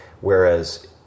Whereas